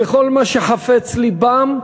וכל מה שחפץ לבם,